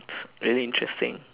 very interesting